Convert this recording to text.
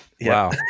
Wow